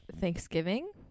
Thanksgiving